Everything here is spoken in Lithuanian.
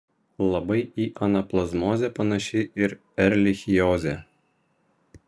labai į anaplazmozę panaši ir erlichiozė